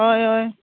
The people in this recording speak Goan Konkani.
हय हय